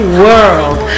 world